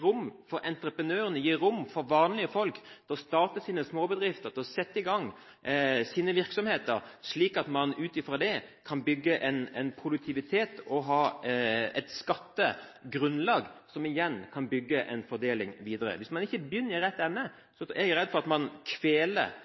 rom for entreprenørene, gi rom for vanlige folk til å starte sine småbedrifter, til å sette i gang sine virksomheter, slik at man ut fra det kan bygge produktivitet og ha et skattegrunnlag som igjen kan bidra til fordeling. Hvis man ikke begynner i rett ende, er jeg redd for at man kveler